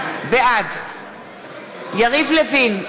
בעד יריב לוין,